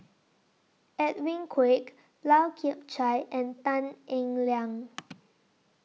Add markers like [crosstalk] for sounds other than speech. Edwin Koek Lau Chiap Khai and Tan Eng Liang [noise]